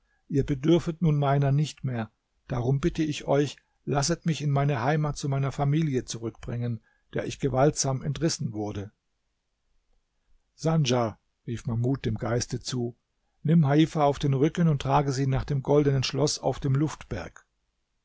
ihr bedürfet nun meiner nicht mehr darum bitte ich euch lasset mich in meine heimat zu meiner familie zurückbringen der ich gewaltsam entrissen wurde sandja rief mahmud dem geiste zu nimm heifa auf den rücken und trage sie nach dem goldenen schloß auf dem